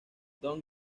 don